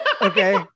okay